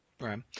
Right